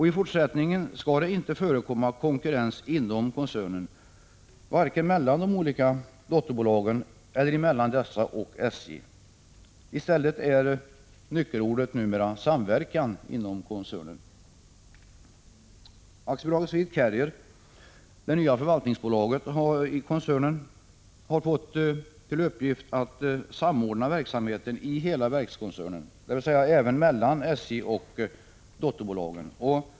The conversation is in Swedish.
I fortsättningen skall det inte förekomma konkurrens inom koncernen, varken mellan de olika dotterbolagen eller mellan dessa och SJ. I stället är nyckelordet inom koncernen numera samverkan. AB Swedcarrier, det nya förvaltningsbolaget i koncernen, har fått till uppgift att samordna verksamheten i hela koncernen, dvs. även mellan SJ och dotterbolagen.